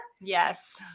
yes